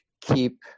keep